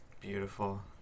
beautiful